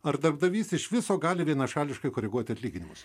ar darbdavys iš viso gali vienašališkai koreguoti atlyginimus